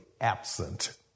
absent